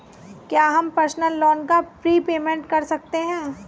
क्या हम personal loan का प्रीपेमेंट कर सकते हैं?